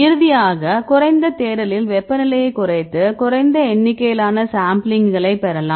இறுதியாக குறைந்த தேடலில் வெப்பநிலையை குறைத்து குறைந்த எண்ணிக்கையிலான சாம்பிளிங்களைப் பெறலாம்